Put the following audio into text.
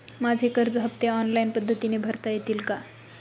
माझे कर्ज हफ्ते ऑनलाईन पद्धतीने भरता येतील का?